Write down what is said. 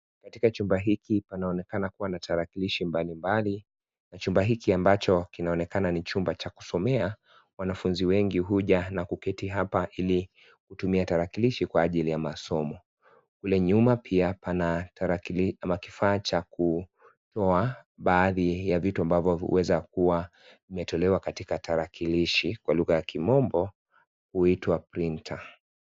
Katika chumba hiki panaonekana kuwa na tarakilishi mbalimbali na chumba hiki ambacho kinaonekana ni chumba cha kusomea , wanafunzi wengi huja na kuketi hapa Ili kutumia tarakilishi kwa ajili ya masomo. Kule nyuma pia pana tarakilishi ama kifaa cha kutoa baadhi ya vitu ambavyo huweza kuwa imetolewa katika tarakilishi, kwa lugha ya kimombo huitwa Printer .